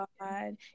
god